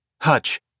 Hutch